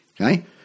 okay